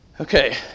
Okay